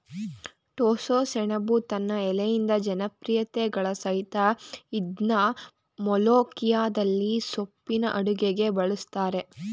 ಟೋಸ್ಸಸೆಣಬು ತನ್ ಎಲೆಯಿಂದ ಜನಪ್ರಿಯತೆಗಳಸಯ್ತೇ ಇದ್ನ ಮೊಲೋಖಿಯದಲ್ಲಿ ಸೊಪ್ಪಿನ ಅಡುಗೆಗೆ ಬಳುಸ್ತರೆ